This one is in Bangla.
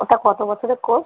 ওটা কতো বছরের কোর্স